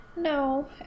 No